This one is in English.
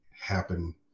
happen